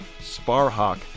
Sparhawk